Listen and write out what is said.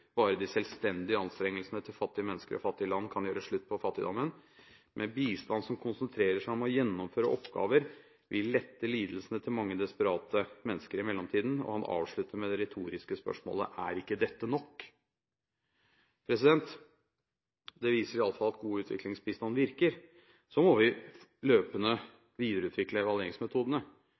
Bare de selvstendige anstrengelsene til fattige mennesker og fattige land kan gjøre slutt på fattigdommen. Men bistand som konsentrerer seg om å gjennomføre oppgaver, vil lette lidelsene til mange desperate mennesker i mellomtiden. Han avslutter med det retoriske spørsmålet: Er ikke dette nok? Det viser i alle fall at god utviklingsbistand virker. Så må vi løpende videreutvikle evalueringsmetodene,